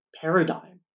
paradigm